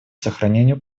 сохранению